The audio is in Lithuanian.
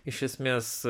iš esmės